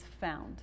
found